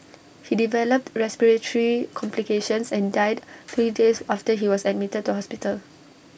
he developed respiratory complications and died three days after he was admitted to hospital